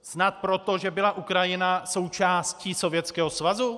Snad proto, že byla Ukrajina součástí Sovětského svazu?